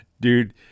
dude